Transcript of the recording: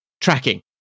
tracking